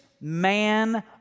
man